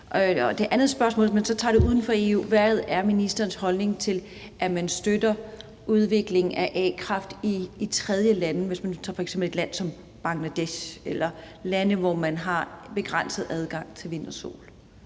Det andet spørgsmål – hvis man så tager det uden for EU – er: Hvad er ministerens holdning til, at man støtter udviklingen af a-kraft i tredjelande, hvis man f.eks. tager et land som Bangladesh eller lande, hvor man har begrænset adgang til vind og sol?